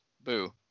Boo